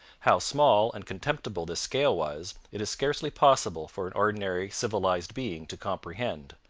how small and contemptible this scale was it is scarcely possible for an ordinary civilized being to comprehend,